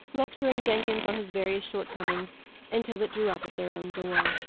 lecturing jenkins on his various shortcomings until it drew up at their own door.